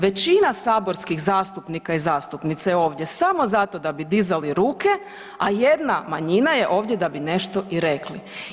Većina saborskih zastupnika i zastupnica je ovdje samo zato da bi dizali ruke, a jedna manjina je ovdje da bi nešto i rekli.